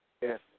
Yes